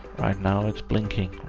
right now, it's blinking